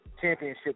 championship